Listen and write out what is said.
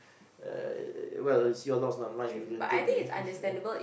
uh well it's your loss not mine if you didn't think me